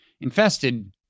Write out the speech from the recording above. infested